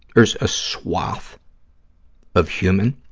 there's a swath of human